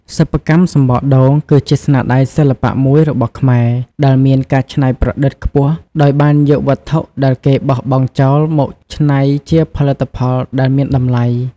សិប្បកម្មសំបកដូង គឺជាស្នាដៃសិល្បៈមួយរបស់ខ្មែរដែលមានការច្នៃប្រឌិតខ្ពស់ ដោយបានយកវត្ថុដែលគេបោះបង់ចោលមកច្នៃជាផលិតផលដែលមានតម្លៃ។